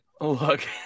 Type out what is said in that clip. Look